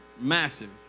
massive